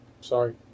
sorry